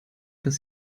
dass